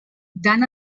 dan